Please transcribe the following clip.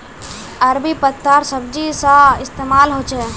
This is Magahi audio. अरबी पत्तार सब्जी सा इस्तेमाल होछे